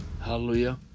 hallelujah